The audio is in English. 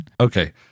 Okay